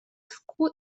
school